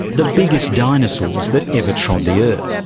the biggest dinosaurs that ever trod the earth.